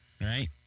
Right